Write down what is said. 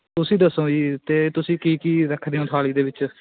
ਤੁਸੀਂ ਦੱਸੋ ਜੀ ਅਤੇ ਤੁਸੀਂ ਕੀ ਕੀ ਰੱਖਦੇ ਹੋ ਥਾਲੀ ਦੇ ਵਿੱਚ